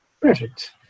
Perfect